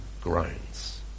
groans